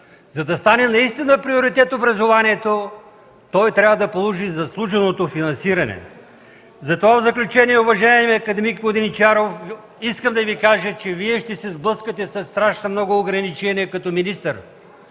За да стане наистина приоритет образованието, то трябва да получи заслуженото финансиране. Затова в заключение, уважаеми акад. Воденичаров, искам да Ви кажа, че Вие ще се сблъскате със страшно много ограничения като министър,